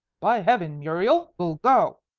by heaven, muriel, we'll go!